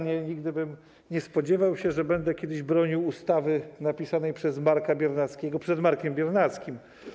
Nigdy bym nie spodziewał się, że będę bronił ustawy napisanej przez Marka Biernackiego przed Markiem Biernackim.